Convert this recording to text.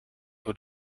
door